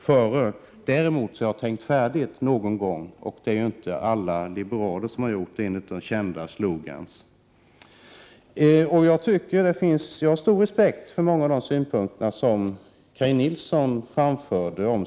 Däremot brukar jag ha tänkt färdigt någon gång, och det är det ju inte alla liberaler som har gjort enligt det kända talesättet. Jag har stor respekt för många av de betänkligheter som Kaj Nilsson framförde.